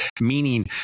meaning